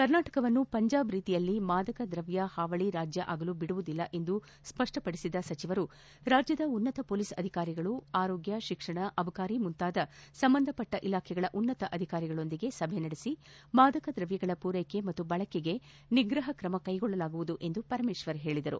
ಕರ್ನಾಟಕವನ್ನು ಪಂಜಾಬ್ ರೀತಿಯಲ್ಲಿ ಮಾದಕ ದ್ರವ್ಯ ಹಾವಳಿ ರಾಜ್ಯ ಆಗಲು ಬಿಡುವುದಿಲ್ಲ ಎಂದು ಸ್ಪಷ್ಪಪಡಿಸಿದ ಸಚಿವರು ರಾಜ್ಯದ ಉನ್ನತ ಪೊಲೀಸ್ ಅಧಿಕಾರಿಗಳು ಆರೋಗ್ಯ ತಿಕ್ಷಣ ಅಬಕಾರಿ ಮುಂತಾದ ಸಂಬಂಧಪಟ್ಟ ಇಲಾಖೆಗಳ ಉನ್ನತ ಅಧಿಕಾರಿಗಳ ಜೊತೆ ಸಭೆ ನಡೆಸಿ ಮಾದಕ ದ್ರವ್ಯಗಳ ಪೂರೈಕೆ ಮತ್ತು ಬಳಕೆಗೆ ನಿಗ್ರಹ ಕ್ರಮ ಕೈಗೊಳ್ಟಲಾಗುವುದು ಎಂದು ಪರಮೇಶ್ವರ್ ಹೇಳಿದರು